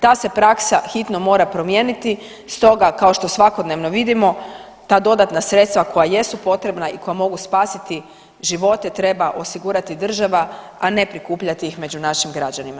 Ta se praksa hitno mora promijeniti, stoga kao što svakodnevno vidimo ta dodatna sredstva koja jesu potrebna i koja mogu spasiti živote treba osigurati država a ne prikupljati ih među našim građanima.